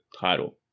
title